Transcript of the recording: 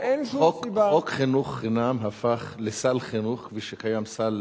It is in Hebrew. חוק חינוך חינם הפך לסל חינוך, כפי שקיים סל